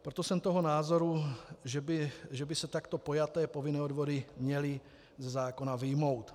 Proto jsem toho názoru, že by se takto pojaté povinné odvody měly ze zákona vyjmout.